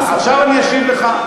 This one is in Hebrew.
עכשיו אני אשיב לך,